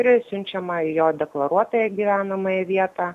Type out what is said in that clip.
yra siunčiama į jo deklaruotą gyvenamąją vietą